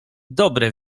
dobre